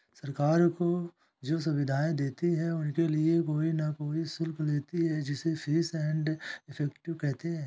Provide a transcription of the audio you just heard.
सरकार जो सुविधाएं देती है उनके लिए कोई न कोई शुल्क लेती है जिसे फीस एंड इफेक्टिव कहते हैं